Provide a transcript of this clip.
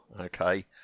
okay